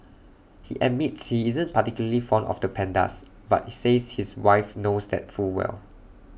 he admits he isn't particularly fond of the pandas but says his wife knows that full well